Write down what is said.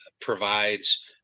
provides